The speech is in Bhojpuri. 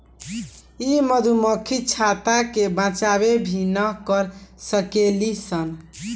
इ मधुमक्खी छत्ता के बचाव भी ना कर सकेली सन